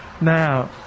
Now